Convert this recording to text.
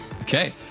Okay